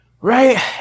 right